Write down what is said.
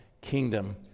kingdom